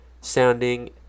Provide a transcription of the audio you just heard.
sounding